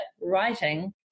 writing